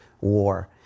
war